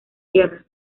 tierra